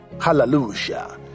Hallelujah